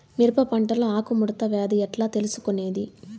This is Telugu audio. మిరప పంటలో ఆకు ముడత వ్యాధి ఎట్లా తెలుసుకొనేది?